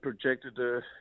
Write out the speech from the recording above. projected